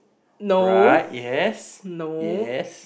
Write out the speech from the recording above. no no